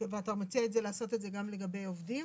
אתה מציע לעשות את זה גם לגבי עובדים?